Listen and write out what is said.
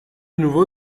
nouveau